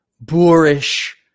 boorish